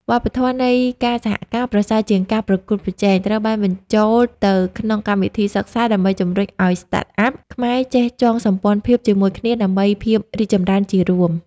វប្បធម៌នៃ "ការសហការប្រសើរជាងការប្រកួតប្រជែង" ត្រូវបានបញ្ចូលទៅក្នុងកម្មវិធីសិក្សា ដើម្បីជម្រុញឱ្យ Startups ខ្មែរចេះចងសម្ព័ន្ធភាពជាមួយគ្នាដើម្បីភាពរីកចម្រើនជារួម។